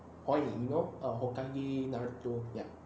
火影 you know err